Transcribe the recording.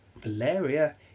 Valeria